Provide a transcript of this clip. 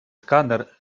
сканер